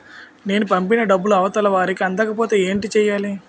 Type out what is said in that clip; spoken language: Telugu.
నేను పంపిన డబ్బులు అవతల వారికి అందకపోతే ఏంటి చెయ్యాలి?